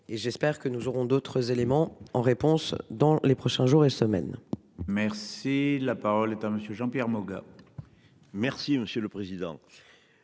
et j'espère que nous aurons d'autres éléments en réponse dans les prochains jours et semaines. Merci la parole est à monsieur Jean-Pierre Moga. Merci monsieur le président.